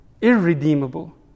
irredeemable